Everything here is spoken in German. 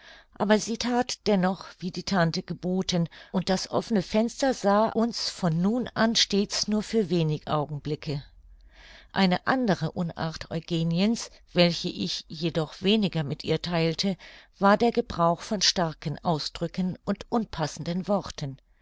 aber sie that dennoch wie die tante geboten und das offene fenster sah uns von nun an stets nur für wenig augenblicke eine andere unart eugeniens welche ich jedoch weniger mit ihr theilte war der gebrauch von starken ausdrücken und unpassenden worten